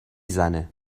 زنه